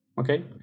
okay